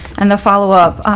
and the follow up